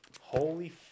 Holy